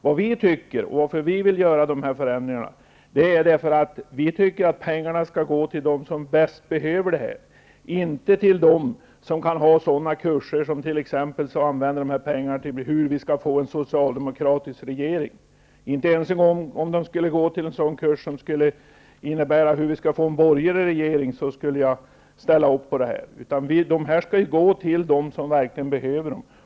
Vi vill göra dessa förändringar därför att vi tycker att pengarna skall gå till dem som bäst behöver dem, och inte till dem som kan använda pengarna till kurser om t.ex. hur man skall få en socialdemokratisk regering. Jag skulle inte ställa upp på det ens om pengarna skulle gå till en kurs om hur vi skall få en borgerlig regering. Pengarna skall gå till dem som vekligen behöver dem.